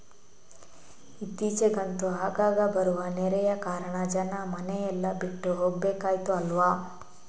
ಇತ್ತೀಚಿಗಂತೂ ಆಗಾಗ ಬರುವ ನೆರೆಯ ಕಾರಣ ಜನ ಮನೆ ಎಲ್ಲ ಬಿಟ್ಟು ಹೋಗ್ಬೇಕಾಯ್ತು ಅಲ್ವಾ